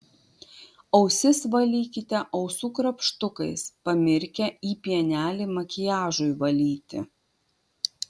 ausis valykite ausų krapštukais pamirkę į pienelį makiažui valyti